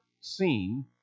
seen